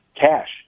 cash